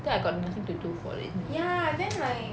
then I got nothing to do for it